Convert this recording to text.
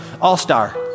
all-star